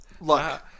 look